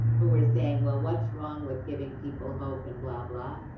who were saying, well, what's wrong with giving people hope and blah blah?